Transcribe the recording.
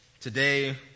Today